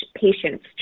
patients